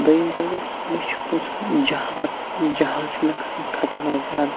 دوٚیِم کَتھ گوٚو مےٚ چھُ کُنہِ ساتہٕ جَہلت جَہل چھُ مےٚ کھسان خطرناک زیادٕ